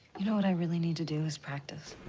you know, what i really need to do is practice.